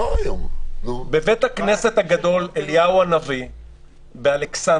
בבית הכנסת הגדול, אליהו הנביא באלכסנדריה,